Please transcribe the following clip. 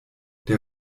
der